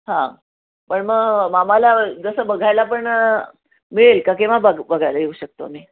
हां पण मग आम्हाला जसं बघायला पण मिळेल का केव्हा बघ बघायला येऊ शकतो आम्ही